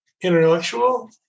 intellectual